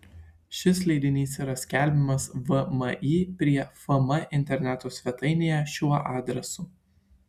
šis leidinys yra skelbiamas vmi prie fm interneto svetainėje šiuo adresu